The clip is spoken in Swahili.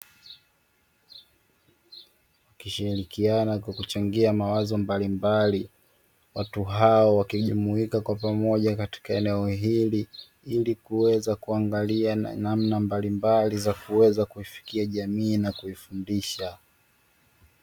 Wakshirikiana kwa kuchangia mawazo mbalimbali watu hao wakijumuika kwa pamoja katika eneo hili, ili kuweza kuangalia namna mbalimbali za kuweza kuifikia jamii na kuifundisha.